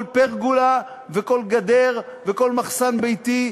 כל פרגולה וכל גדר וכל מחסן ביתי,